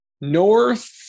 North